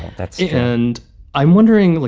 that's it. and i'm wondering, like,